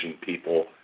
people